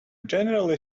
generally